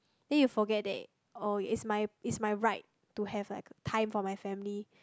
then you forget that oh it's my it's my right to have like time for my family